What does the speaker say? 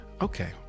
Okay